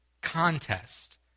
contest